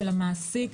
של המעסיק,